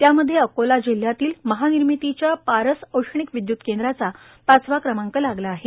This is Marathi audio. त्यामध्ये अकोला जिल्ह्यातील महानिर्मितीच्या पारस औष्णिक विदयुत केंद्राचा पाचवा क्रमांक लागला आहे